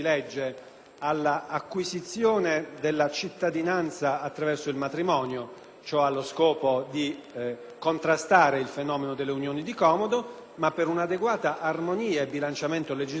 ciò allo scopo di contrastare il fenomeno delle unioni di comodo. Tuttavia, per un'adeguata armonia e bilanciamento legislativo, erano altresì previste norme, e segnatamente quella